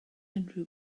unrhyw